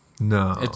No